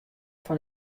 fan